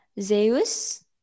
Zeus